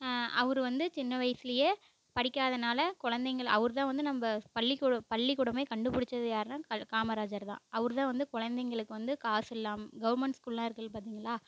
அவர் வந்து சின்ன வயசுலையே படிக்காதனால் குழந்தைங்கள அவர் தான் வந்து நம்ம பள்ளிக்கூடம் பள்ளிக்கூடமே கண்டுப்பிடுச்சது யாருன்னால் கல் காமராஜர் தான் அவர் தான் வந்து குழந்தைங்களுக்கு வந்து காசு இல்லாமல் கவர்மெண்ட் ஸ்கூல்லாம் இருக்குல்ல பார்த்திங்களா